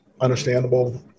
understandable